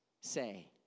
say